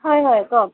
হয় হয় কওক